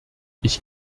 ich